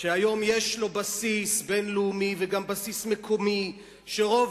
שהיום יש לו בסיס בין-לאומי וגם בסיס מקומי שרוב